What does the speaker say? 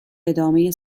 ادامه